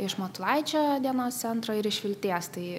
iš matulaičio dienos centro ir iš vilties tai